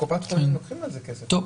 בקופת חולים גובים עבור זה תשלום.